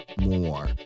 more